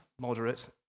moderate